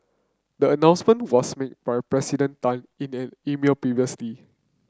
the announcement was made by President Tan in an email previously